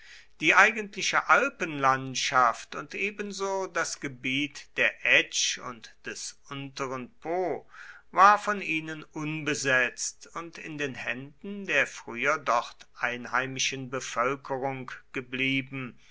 die eigentliche alpenlandschaft und ebenso das gebiet der etsch und des unteren po war von ihnen unbesetzt und in den händen der früher dort einheimischen bevölkerung geblieben